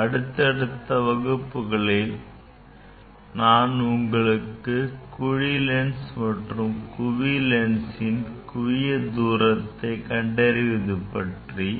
அடுத்தடுத்த வகுப்புகளில் நான் உங்களுக்கு குழி லென்ஸ் மற்றும் குவிலென்சின் குவிய தூரத்தை எவ்வாறு கண்டறிவது என்பது பற்றி